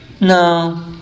No